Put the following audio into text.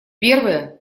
первая